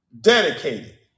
dedicated